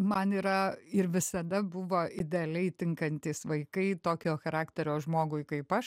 man yra ir visada buvo idealiai tinkantys vaikai tokio charakterio žmogui kaip aš